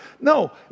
No